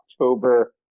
October